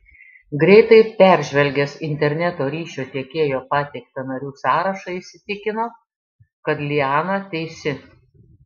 greitai peržvelgęs interneto ryšio tiekėjo pateiktą narių sąrašą įsitikino kad liana teisi